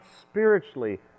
spiritually